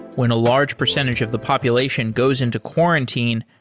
when a large percentage of the population goes into quarantine,